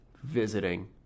Visiting